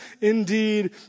indeed